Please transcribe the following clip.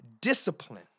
discipline